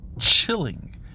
chilling